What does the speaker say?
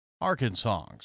Arkansas